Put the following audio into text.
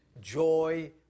joy